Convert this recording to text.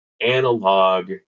analog